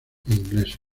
ingleses